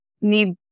need